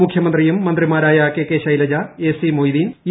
മുഖ്യമന്ത്രിയും മന്ത്രിമാരായ K K Shailaja A C Moideen E